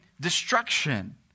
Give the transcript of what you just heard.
destruction